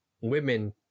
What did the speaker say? women